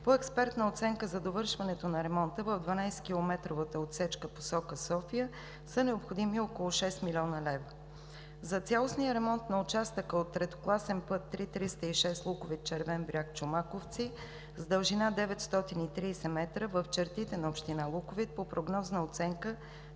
по експертна оценка за довършването на ремонта в дванадесет километровата отсечка в посока София са необходими около шест милиона лева. За цялостния ремонт на участъка от третокласен път III-306 Луковит – Червен бряг – Чомаковци с дължина 930 м в чертите на община Луковит по прогнозна оценка